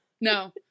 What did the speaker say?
no